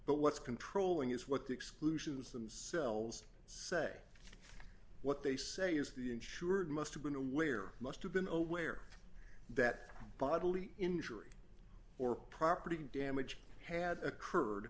but what's controlling is what the exclusions themselves say what they say is the insured must have been aware must have been aware that bodily injury or property damage had occurred